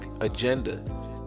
agenda